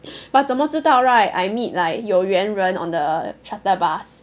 but 怎么知道 right I meet like 有缘人 on the shuttle bus